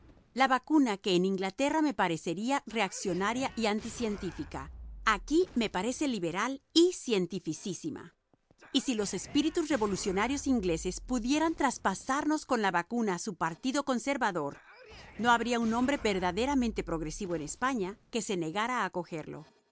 la vacuna que en inglaterra me parecería reaccionaria y anticientífica aquí me parece liberal y cientificísima y si los espíritus revolucionarios ingleses pudieran traspasarnos con la vacuna su partido conservador no habría un hombre verdaderamente progresivo en españa que se negara a acogerlo